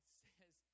says